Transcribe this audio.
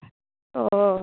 ও